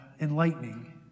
enlightening